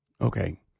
Okay